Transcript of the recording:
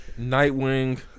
Nightwing